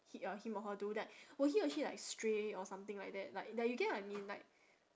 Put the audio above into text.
hi~ err him or her do that will he or she like stray or something like that like th~ you get what I mean like